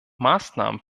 maßnahmen